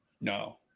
No